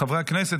חברי הכנסת,